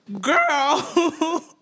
Girl